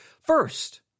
first